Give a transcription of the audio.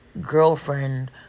girlfriend